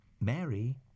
Mary